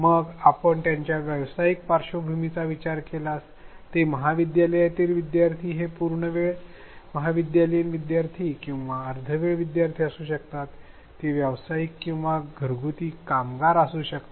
मग आपण त्यांच्या व्यावसायिक पार्श्वभूमीचा विचार केल्यास ते महाविद्यालयीन विद्यार्थी हे पूर्णवेळेचे महाविद्यालयीन विद्यार्थी किंवा अर्धवेळ विद्यार्थी असू शकतात ते व्यावसायिक किंवा घरगुती कामगार असू शकतात